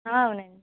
అవునండి